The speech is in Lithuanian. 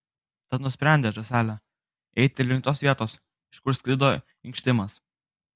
tad nusprendė žąsele eiti link tos vietos iš kur sklido inkštimas